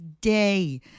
day